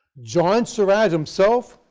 john surratt, himself,